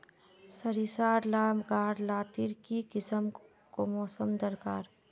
सरिसार ला गार लात्तिर की किसम मौसम दरकार?